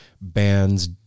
bands